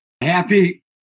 happy